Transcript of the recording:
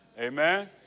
Amen